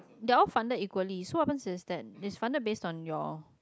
they are all funded equally so what happens is that it's funded based on your